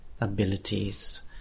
abilities